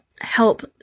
help